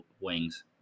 wings